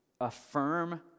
affirm